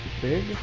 big